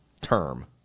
term